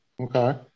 Okay